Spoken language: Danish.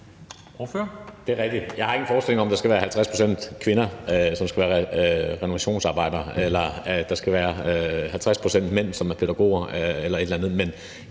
Det er rigtigt. Jeg har ingen forestilling om, at der skal være 50 pct. kvinder, som skal være renovationsarbejdere, eller at der skal være 50 pct. mænd, som er pædagoger eller et eller andet, men